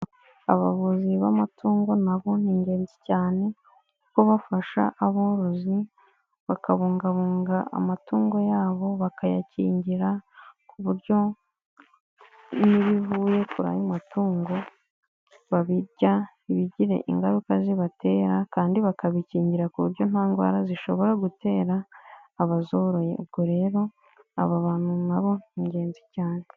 Abavuzi b'amatungo nabo ni ingenzi cyane kuko bafasha aborozi bakabungabunga amatungo yabo bakayakingira ku buryo iyo bivuye kureyo matungo babirya ntibigire ingaruka zibatera kandi bakabikingira ku buryo nta ndwara zishobora gutera abazoroye ubwo rero aba bantu nabo ni ingenzi cyane.